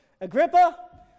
Agrippa